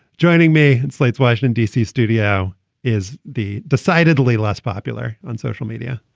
joining me in slate's washington, d c. studio is the decidedly less popular on social media,